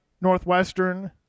Northwestern